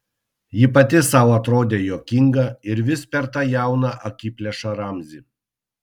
ji pati sau atrodė juokinga ir vis per tą jauną akiplėšą ramzį